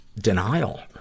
denial